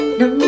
no